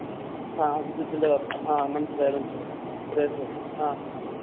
അ അഭിജിത്തിൻ്റെ പപ്പാ ആ മനസ്സിലായി മനസ്സിലായി സുരേഷ് അ